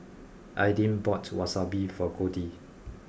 Aidyn bought Wasabi for Goldie